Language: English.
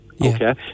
Okay